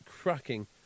cracking